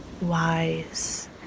wise